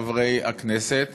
חברי הכנסת,